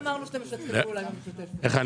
אני